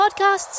podcasts